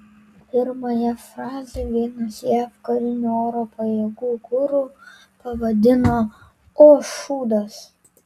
pirmąją fazę vienas jav karinių oro pajėgų guru pavadino o šūdas